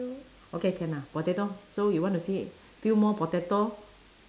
okay can lah potato so you want to see few more potato